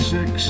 Six